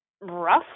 rough